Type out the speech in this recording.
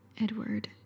Edward